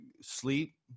sleep